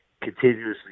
continuously